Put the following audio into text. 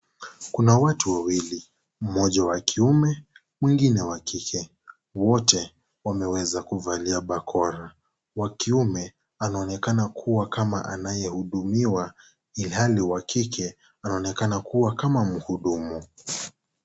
Kuna watu wawili, mmoja wa kiume mwingine wa kike, wote wameweza kuvalia bakora. Wa kiume anaonekana kuwa kama anayehudumiwa ilhali wa kike anaonekana kuwa kama mhudumu.